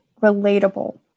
relatable